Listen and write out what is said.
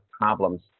problems